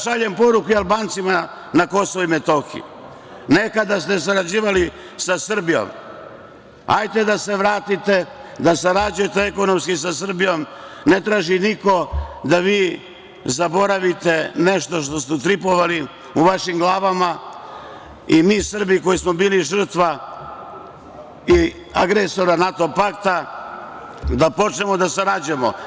Šaljem poruku Albancima na KiM – nekada ste sarađivali sa Srbijom, hajte da se vratite da sarađujete ekonomski sa Srbijom, ne traži niko da vi zaboravite nešto što ste utripovali u vašim glavama i mi Srbi koji smo bili žrtva agresora NATO pakta da počnemo da sarađujemo.